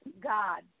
God